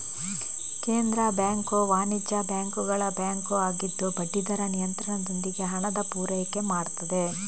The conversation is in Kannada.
ಕೇಂದ್ರ ಬ್ಯಾಂಕು ವಾಣಿಜ್ಯ ಬ್ಯಾಂಕುಗಳ ಬ್ಯಾಂಕು ಆಗಿದ್ದು ಬಡ್ಡಿ ದರ ನಿಯಂತ್ರಣದೊಂದಿಗೆ ಹಣದ ಪೂರೈಕೆ ಮಾಡ್ತದೆ